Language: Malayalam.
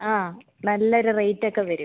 ആ നല്ലൊരു റേറ്റ് ഒക്കെ വരും